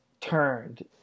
turned